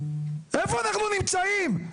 איפה אנחנו נמצאים?